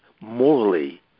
morally